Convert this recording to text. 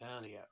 earlier